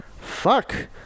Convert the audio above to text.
fuck